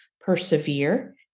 persevere